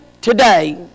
today